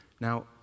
Now